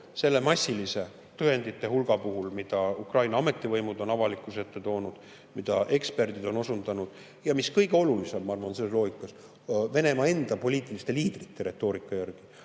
selle massilise tõendite hulga põhjal, mida Ukraina ametivõimud on avalikkuse ette toonud, eksperdid on osundanud, ja mis kõige olulisem selles loogikas, ka Venemaa enda poliitiliste liidrite retoorika järgi